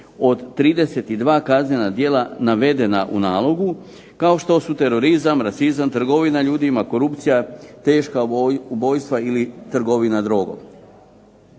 od 32 kaznena djela navedena u nalogu, kao što su terorizam, rasizam, trgovina ljudima, korupcija, teška ubojstva ili trgovina drogom.